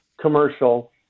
commercial